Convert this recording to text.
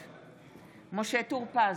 נגד משה טור פז,